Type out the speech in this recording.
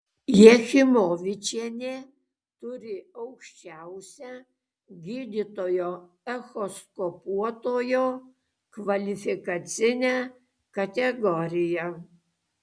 jachimovičienė turi aukščiausią gydytojo echoskopuotojo kvalifikacinę kategoriją